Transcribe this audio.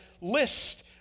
list